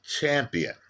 champion